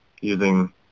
using